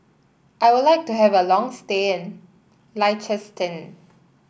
I would like to have a long stay in Liechtenstein